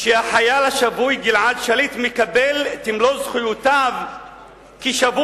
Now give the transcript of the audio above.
שהחייל השבוי גלעד שליט מקבל את מלוא זכויותיו כשבוי,